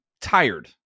tired